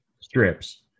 strips